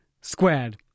squared